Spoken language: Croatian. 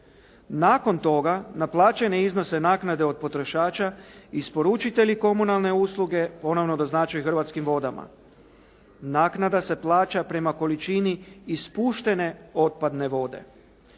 Nakon toga naplaćene iznose naknade od potrošača isporučitelji komunalne usluge ponovno doznačuju Hrvatskim vodama. Naknada se plaća prema količini ispuštene otpadne vode.